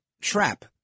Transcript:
trap